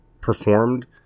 performed